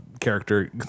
character